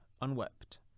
unwept